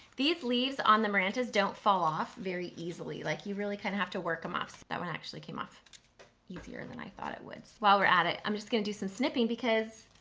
these leaves on the marantas don't fall off very easily. like you really kind of have to work em off. that one actually came off easier than i thought it would. while we're at it, i'm just gonna do some snipping because,